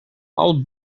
all